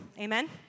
Amen